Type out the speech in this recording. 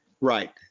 Right